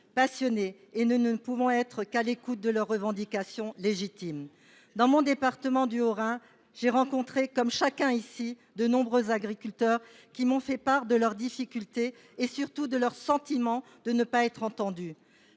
passionné, et nous ne pouvons qu’être à l’écoute de leurs revendications légitimes. Dans mon département du Haut Rhin, j’ai rencontré, comme chacun d’entre nous, de nombreux agriculteurs qui m’ont fait part de leurs difficultés, et surtout de leur sentiment de ne pas être entendus.